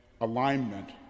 alignment